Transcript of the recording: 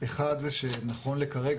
אחד זה שנכון לכרגע,